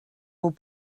vos